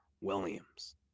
Williams